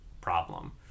problem